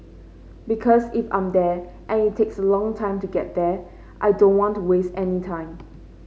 because if I'm there and it takes a long time to get there I don't want to waste any time